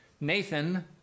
Nathan